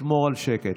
לשמור על שקט.